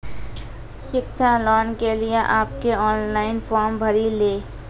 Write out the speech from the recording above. शिक्षा लोन के लिए आप के ऑनलाइन फॉर्म भरी ले?